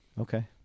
Okay